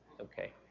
Okay